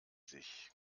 sich